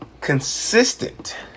Consistent